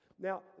Now